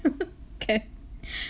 can